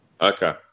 Okay